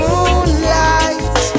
Moonlight